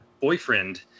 boyfriend